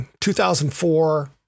2004